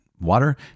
water